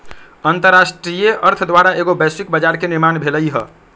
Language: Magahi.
अंतरराष्ट्रीय अर्थ द्वारा एगो वैश्विक बजार के निर्माण भेलइ ह